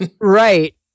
Right